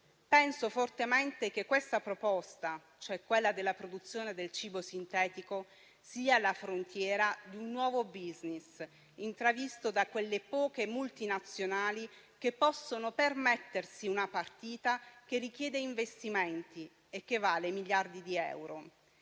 Penso fortemente che questa proposta, quella della produzione del cibo sintetico, sia la frontiera di un nuovo *business*, intravisto da quelle poche multinazionali che possono permettersi una partita che richiede investimenti e che vale miliardi di euro.